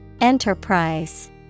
Enterprise